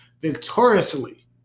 Victoriously